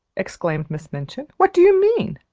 exclaimed miss minchin. what do you mean?